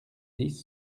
dix